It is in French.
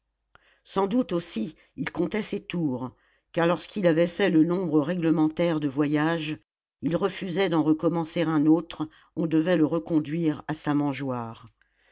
sans doute aussi il comptait ses tours car lorsqu'il avait fait le nombre réglementaire de voyages il refusait d'en recommencer un autre on devait le reconduire à sa mangeoire